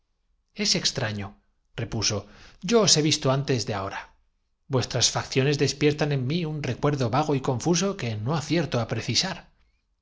es extraño repuso yo os he visto antes de enganza fué la primera frase que articuló ahora vuestras facciones despiertan en mí un recuer la emperatriz al verse rodeada de los suyos do vago y confuso que no acierto á precisar